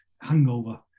hangover